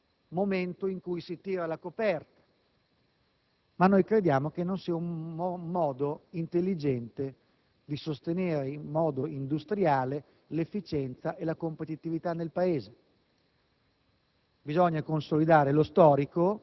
Questo è il primo momento in cui si tira la coperta, ma noi crediamo che non sia una maniera intelligente di sostenere in modo industriale l'efficienza e la competitività nel Paese.